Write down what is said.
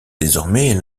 désormais